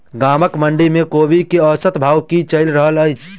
गाँवक मंडी मे कोबी केँ औसत भाव की चलि रहल अछि?